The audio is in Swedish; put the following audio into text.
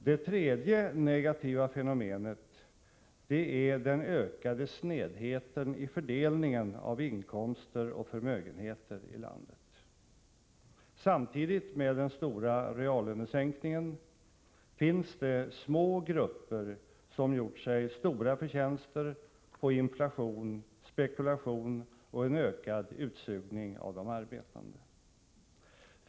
Det tredje negativa fenomenet är den ökade snedheten i fördelningen av inkomster och förmögenheter i landet. Samtidigt med den stora reallönesänkningen finns det grupper, som har gjort sig stora förtjänster på inflation, spekulation och en ökad utsugning av de arbetande.